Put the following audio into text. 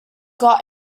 got